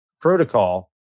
protocol